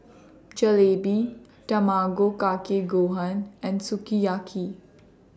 Jalebi Tamago Kake Gohan and Sukiyaki